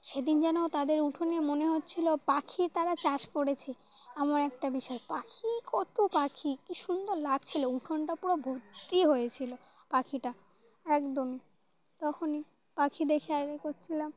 সেদিন যেন তাদের উঠোনে মনে হচ্ছিলো পাখি তারা চাষ করেছে এমন একটা বিষয় পাখি কত পাখি কী সুন্দর লাগছিলো উঠোনটা পুরো ভর্তি হয়েছিলো পাখিটা একদমই তখনই পাখি দেখে আগে করছিলাম